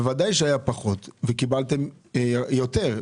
בוודאי שהוא היה פחות וקיבלתם יותר,